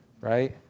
Right